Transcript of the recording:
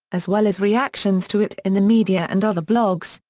as well as reactions to it in the media and other blogs,